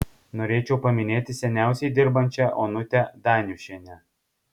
norėčiau paminėti seniausiai dirbančią onutę daniušienę